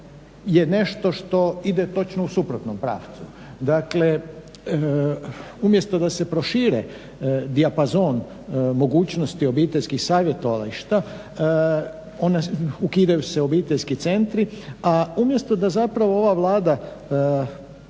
nešto što ide u točno suprotnom pravcu. Dakle, umjesto da se prošire dijapazon mogućnosti obiteljskih savjetovališta ona se ukidaju, ukidaju se obiteljski centri. A umjesto da zapravo ova Vlada